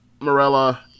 Morella